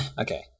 Okay